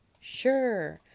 Sure